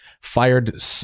fired